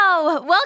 Welcome